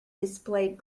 displayed